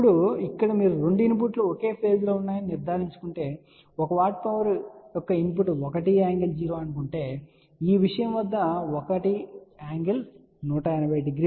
ఇప్పుడు ఇక్కడ మీరు 2 ఇన్ పుట్లు ఒకే ఫేజ్ లో ఉన్నాయని నిర్ధారించుకోవాలి ఇక్కడ 1 W పవర్ యొక్క ఇన్ పుట్ 1 ㄥ00 అని చెప్పనివ్వండి కాని ఈ విషయం వద్ద ఇన్ పుట్ 1 ㄥ1800